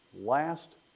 Last